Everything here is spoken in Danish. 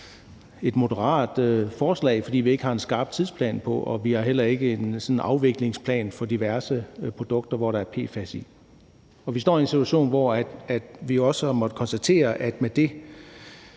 et moderat forslag, fordi vi ikke har en skarp tidsplan på og vi heller ikke har en afviklingsplan for diverse produkter, som der er PFAS i. Vi står i en situation, hvor vi jo også har måttet konstatere, at det